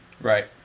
Right